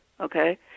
Okay